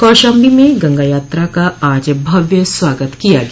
कौशाम्बी में गंगा यात्रा का आज भव्य स्वागत किया गया